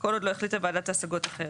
כל עוד לא החליטה ועדת ההשגות אחרת.